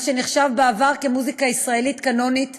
מה שנחשב בעבר למוזיקה ישראלית קאנונית